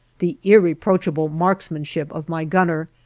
the irreproachable marksmanship of my gunner,